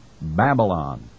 Babylon